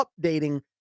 updating